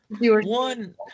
one